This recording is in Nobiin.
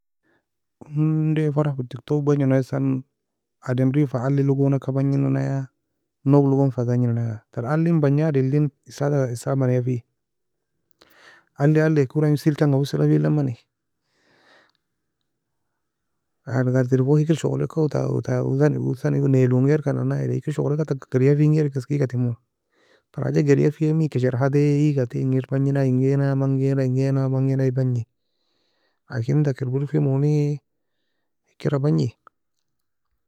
Onday فرح ود تكتوك bagno na esa ademri fa alie logon agka bagnina naya, nouge logon fa tagnina naya. Ter ali bangad eli esad mania fe ali ali ekora سلك ganga wesila felemani ta fe erbaie hikr shogolekon oue ta oue ta hosan hosan oue nailo غير ka nae na eri hikr shogoleka taka geria fe غير ka eska eaga temo ter حاجة geria fe emi eka sherha te eaga te engir bagni na engina mangina engaina mangaina bagni لكن taka erbire femoni hikr fa bagni.